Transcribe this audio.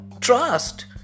trust